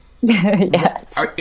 Yes